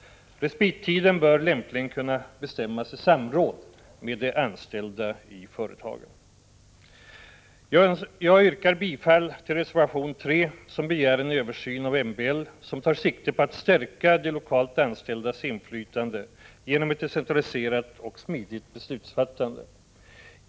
Respittiden bör lämpligen kunna bestämmas i samråd med de anställda i företaget. Jag yrkar bifall till reservation 3, som begär en översyn av MBL som tar 13 sikte på att stärka de lokalt anställdas inflytande genom ett decentraliserat och smidigt beslutsfattande.